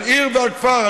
על עיר ועל כפר,